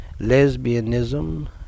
lesbianism